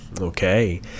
Okay